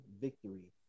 victory